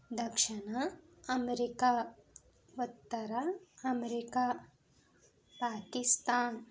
దక్షణ America ఉత్తర America Pakistan